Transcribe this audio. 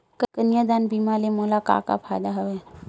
कन्यादान बीमा ले मोला का का फ़ायदा हवय?